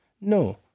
No